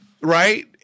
right